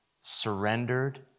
surrendered